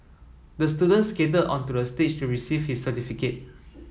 the student skated onto the stage to receive his certificate